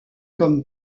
comme